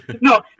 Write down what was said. No